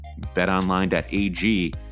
BetOnline.ag